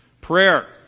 Prayer